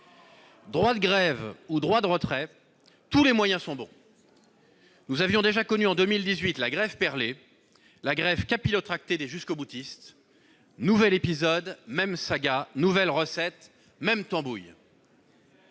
Droit de grève ou droit de retrait, tous les moyens sont bons ! Nous avions connu, en 2018, la grève perlée, la grève capillotractée des jusqu'au-boutistes. Nouvel épisode, même saga ; nouvelle recette, même tambouille.